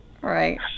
Right